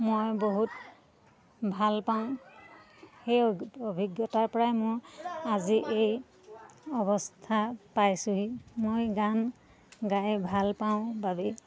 মই বহুত ভাল পাওঁ সেই অ অভিজ্ঞতাৰ পৰাই মোৰ আজি এই অৱস্থা পাইছোঁহি মই গান গাই ভাল পাওঁ বাবেই